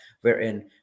wherein